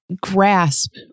grasp